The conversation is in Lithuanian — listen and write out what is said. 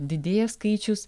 didėja skaičius